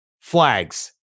flags